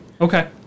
Okay